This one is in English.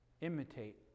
imitate